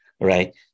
right